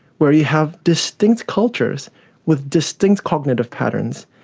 where you have distinct cultures with distinct cognitive patterns,